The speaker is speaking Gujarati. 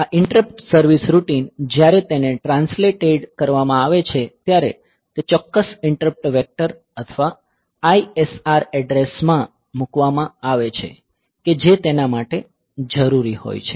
આ ઈન્ટ્રપ્ટ સર્વીસ રૂટિન જ્યારે તેને ટ્રાન્સલેટેડ કરવામાં આવે છે ત્યારે તે ચોક્કસ ઈન્ટ્રપ્ટ વેક્ટર અથવા ISR એડ્રેસ માં મૂકવામાં આવે છે કે જે તેના માટે જરૂરી હોય છે